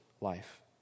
life